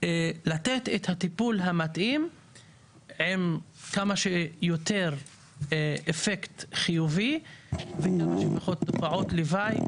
לתת את הטיפול המתאים עם כמה שיותר אפקט חיובי וכמה שפחות תופעות לוואי,